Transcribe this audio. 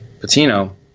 Patino